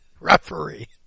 referee